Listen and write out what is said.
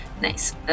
Nice